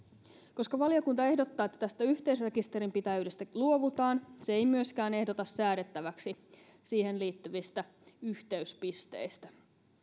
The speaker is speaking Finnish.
koska valiokunta ehdottaa että tästä yhteisrekisterinpitäjyydestä luovutaan se ei myöskään ehdota säädettäväksi siihen liittyvistä yhteyspisteistä